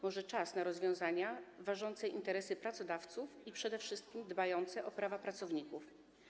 Może czas na rozwiązania ważące interesy pracodawców i przede wszystkim dbające o prawa pracowników?